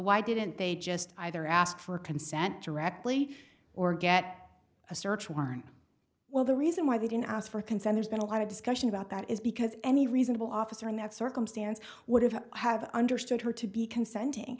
why didn't they just either ask for consent directly or get a search warrant well the reason why they didn't ask for consent there's been a lot of discussion about that is because any reasonable officer in that circumstance would have have understood her to be consenting